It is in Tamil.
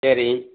சரி